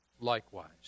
likewise